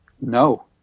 No